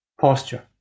posture